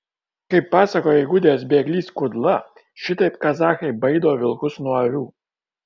kaip pasakojo įgudęs bėglys kudla šitaip kazachai baido vilkus nuo avių